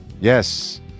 yes